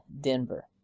denver